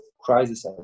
crisis